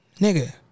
Nigga